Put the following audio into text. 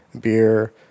beer